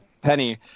Penny